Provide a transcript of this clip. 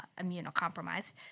immunocompromised